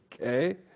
Okay